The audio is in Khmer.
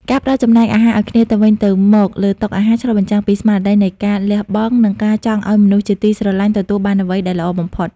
ការផ្ដល់ចំណែកអាហារឱ្យគ្នាទៅវិញទៅមកលើតុបាយ ឆ្លុះបញ្ចាំងពីស្មារតីនៃការលះបង់ និងការចង់ឱ្យមនុស្សជាទីស្រឡាញ់ទទួលបានអ្វីដែលល្អបំផុត។